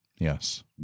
Yes